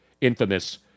infamous